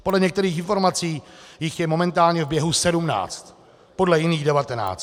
Podle některých informací jich je momentálně v běhu 17, podle jiných 19.